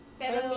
pero